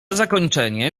zakończenie